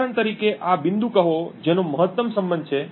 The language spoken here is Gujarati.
ઉદાહરણ તરીકે આ બિંદુ કહો જેનો મહત્તમ સંબંધ છે